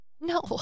No